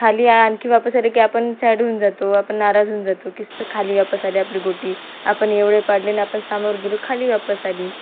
खाली आणखी वापस आली की आपण सॅड होऊन जातो आपण नाराज होऊन जातो की खाली वापस आली आपली गोटी आपण एवढे पाडली न आपण समोर गेलो खाली वापस आली